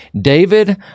David